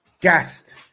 gassed